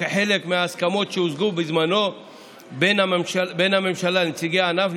וכחלק מההסכמות שהושגו בזמנו בין הממשלה לנציגי הענף,